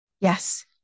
Yes